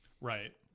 Right